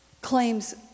claims